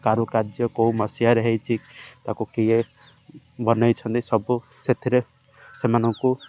କାରୁକାର୍ଯ୍ୟ କେଉଁ ମସିହାରେ ହେଇଛି ତାକୁ କିଏ ବନେଇଛନ୍ତି ସବୁ ସେଥିରେ ସେମାନଙ୍କୁ